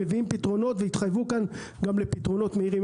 מביאים פתרונות והתחייבתם כאן לפתרונות מהירים.